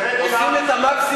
תרד אל העם קצת.